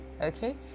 okay